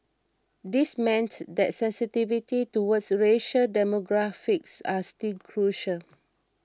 this meant that sensitivity toward racial demographics was still crucial